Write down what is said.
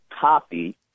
copy